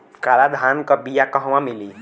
काला धान क बिया कहवा मिली?